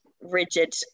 rigid